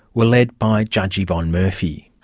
were led by judge yvonne murphy.